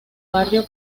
barrio